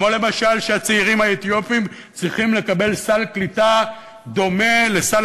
כמו למשל שהצעירים האתיופים צריכים לקבל סל קליטה דומה לסל